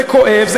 זה כואב,